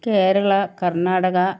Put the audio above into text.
Kerala Karnataka